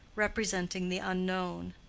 representing the unknown.